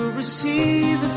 receive